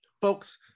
folks